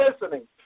listening